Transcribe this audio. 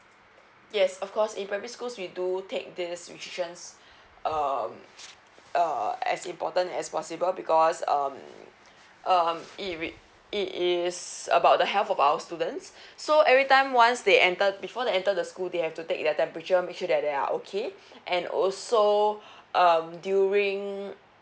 yes of course in primary schools we do take this decisions uh uh as important as possible because um um it it is about the health of our students so every time once they enter before they enter the school they have to take their temperature make sure that they are okay and also um during